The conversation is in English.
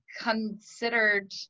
considered